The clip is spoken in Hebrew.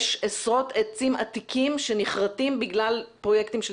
יש עשרות עצים עתיקים שנכרתים בגלל פרויקטים של